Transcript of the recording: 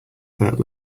that